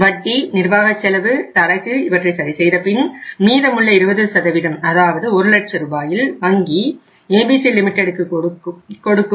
வட்டி நிர்வாக செலவு தரகு இவற்றை சரி செய்தபின் மீதமுள்ள 20 அதாவது ஒரு லட்ச ரூபாயில் வங்கி ABC லிமிட்டெடுக்கு கொடுக்கும்